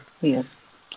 Yes